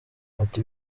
ati